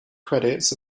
credits